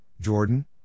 Jordan